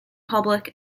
public